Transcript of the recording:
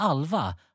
Alva-